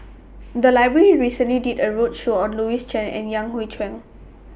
The Library recently did A roadshow on Louis Chen and Yan Hui Chang